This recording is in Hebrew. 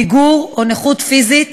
פיגור או נכות פיזית.